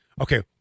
Okay